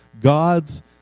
God's